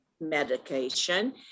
medication